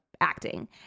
acting